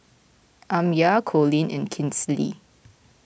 Amya Coleen and Kinsley